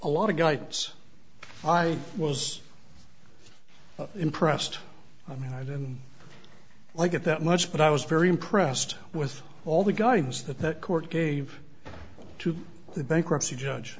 a lot of guidance i was impressed i mean i didn't like it that much but i was very impressed with all the guidance that that court gave to the bankruptcy judge